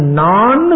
non